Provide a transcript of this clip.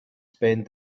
spent